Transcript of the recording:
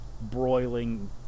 broiling